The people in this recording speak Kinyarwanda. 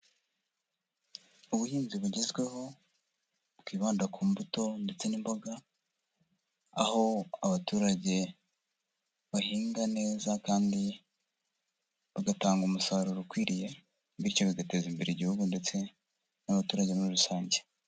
Ubuhinzi bugezweho bwibanda ku mbuto ndetse n'imboga, aho abaturage bahinga neza kandi bagatanga umusaruro ukwiriye, bityo bigateza imbere Igihugu ndetse n'abaturage muri rusange.